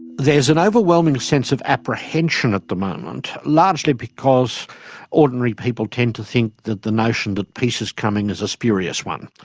there's an overwhelming sense of apprehension at the moment, largely because ordinary people tend to think that the notion that peace is coming is a spurious one,